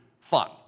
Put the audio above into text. fun